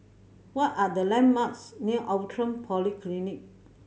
what are the landmarks near Outram Polyclinic